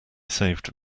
saved